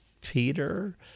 Peter